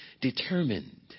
determined